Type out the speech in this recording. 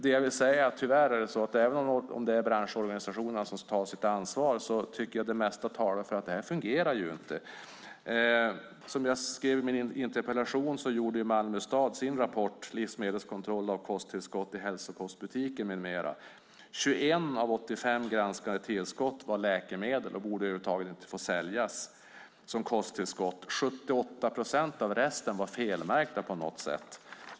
Det jag vill säga är att även om det är branschorganisationerna som ska ta sitt ansvar talar det mesta för att det tyvärr inte fungerar. Som jag skrev i min interpellation noterade Malmö stad i sin rapport Livsmedelskontroll av kosttillskott i hälsokostbutiker mm att 21 av 85 granskade tillskott var läkemedel och över huvud taget inte borde få säljas som kosttillskott. 78 procent av resten var felmärkt på något sätt.